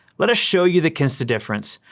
let us show you the kinsta difference.